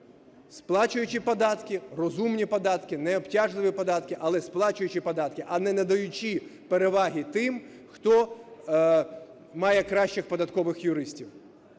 сплачуючи податки – розумні податки, необтяжливі податки, але сплачуючи податки, а не надаючи переваги тим, хто має кращих податкових юристів.